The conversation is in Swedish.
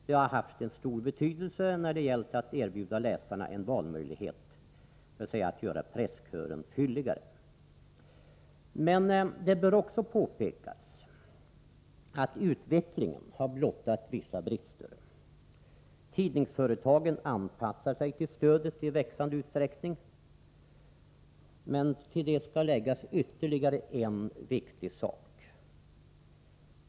Det har haft en stor betydelse när det gällt att erbjuda läsarna en valmöjlighet, dvs. att göra presskören fylligare. Men det bör också påpekas att utvecklingen blottar vissa brister. Tidningsföretagen anpassar sig till stödet i växande utsträckning. Till detta skall läggas ytterligare en viktig sak.